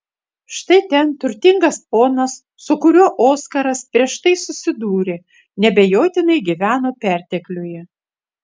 štai ten turtingas ponas su kuriuo oskaras prieš tai susidūrė neabejotinai gyveno pertekliuje